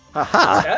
aha!